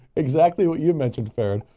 exactly what you mentioned, farron.